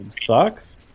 sucks